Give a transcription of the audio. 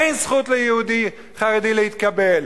אין זכות ליהודי חרדי להתקבל,